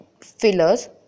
fillers